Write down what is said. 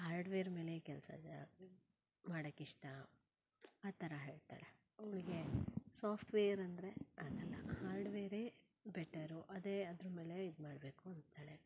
hardware ಮೇಲೆ ಕೆಲಸ ಮಾಡಕ್ಕೆ ಇಷ್ಟ ಆ ಥರ ಹೇಳ್ತಾಳೆ ಅವ್ಳಿಗೆ ಸಾಫ್ಟ್ವೇರ್ ಅಂದರೆ ಆಗೋಲ್ಲ ಹಾರ್ಡ್ವೇರೇ ಬೆಟರು ಅದೇ ಅದ್ರ ಮೇಲೆ ಇದು ಮಾಡಬೇಕು ಅಂತಾಳೆ